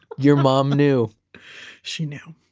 your mom knew she knew.